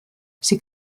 sie